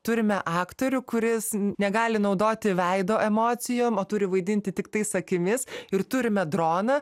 turime aktorių kuris negali naudoti veido emocijų o turi vaidinti tiktais akimis ir turime droną